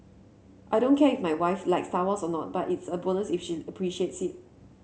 I don't care if my wife likes Star Wars or not but it's a bonus that she appreciates it